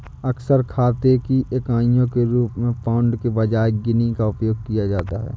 अक्सर खाते की इकाइयों के रूप में पाउंड के बजाय गिनी का उपयोग किया जाता है